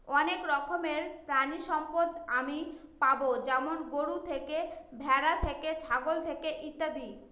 অনেক রকমের প্রানীসম্পদ আমি পাবো যেমন গরু থেকে, ভ্যাড়া থেকে, ছাগল থেকে ইত্যাদি